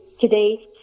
today